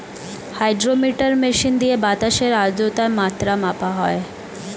hydrometer machine দিয়ে বাতাসের আদ্রতার মাত্রা মাপা হয়